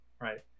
right